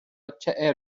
چعر